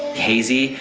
hazy,